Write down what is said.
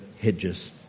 hedges